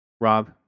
Rob